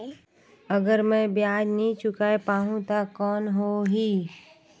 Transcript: अगर मै ब्याज नी चुकाय पाहुं ता कौन हो ही?